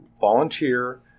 volunteer